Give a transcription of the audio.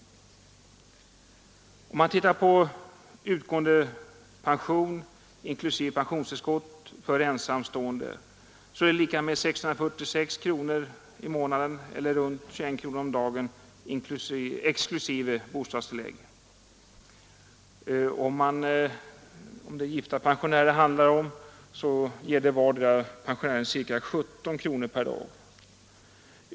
Den nu utgående pensionen inklusive pensionstillskott för en ensamstående utgör 646 kronor i månaden eller runt 21 kronor om dagen exklusive bostadstillägg. Gifta pensionärer erhåller vardera ca 17 kronor per dag.